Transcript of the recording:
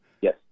Yes